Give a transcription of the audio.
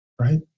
right